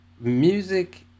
music